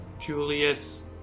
Julius